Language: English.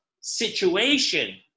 situation